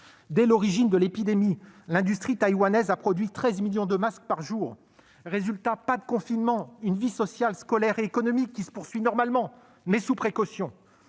Dès l'origine de l'épidémie, l'industrie taïwanaise a produit 13 millions de masques par jour. Résultat : pas de confinement et une vie sociale, scolaire et économique qui se poursuit normalement, mais sous précautions.